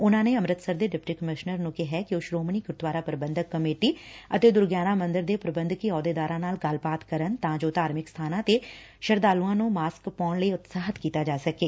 ਉਨੂਾ ਨੇ ਅੰਮ੍ਰਿਤਸਰ ਦੇ ਡਿਪਟੀ ਕਮਿਸ਼ਨਰ ਨੂੰ ਕਿਹੈ ਕਿ ਉਹ ਸ੍ਰੋਮਣੀ ਗੁਰਦੁਆਰਾ ਪ੍ਰਬੰਧਕ ਕਮੇਟੀ ਅਤੇ ਦੁਰਮਿਆਨਾ ਮੰਦਰ ਦੇ ਪ੍ਰਬੰਧਕੀ ਅਹੁੱਦੇਦਾਰਾਂ ਨਾਲ ਗੱਲਬਾਤ ਕਰਨ ਤਾਂ ਜੋ ਧਾਰਮਿਕ ਸਬਾਨਾਂ ਤੇ ਸਰਧਾਲੂ ਨੂੰ ਮਾਸਕ ਪਾਉਣ ਲਈ ਉਤਸ਼ਾਹਿਤ ਕੀਤਾ ਜਾ ਸਕੇ